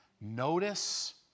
Notice